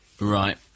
right